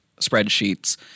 spreadsheets